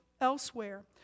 elsewhere